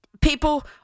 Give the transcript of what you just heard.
People